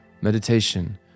meditation